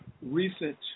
recent